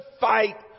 fight